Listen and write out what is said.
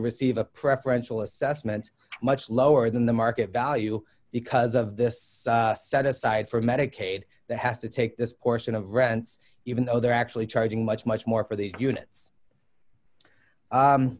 receive a preferential assessment much lower than the market value because of this set aside for medicaid has to take this portion of rents even though they're actually charging much much more for the unit